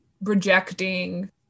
rejecting